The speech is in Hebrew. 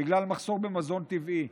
בגלל מחסור במזון טבעי.